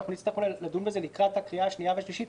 אנחנו נצטרך לדון בזה לקראת הקריאה השנייה והשלישית.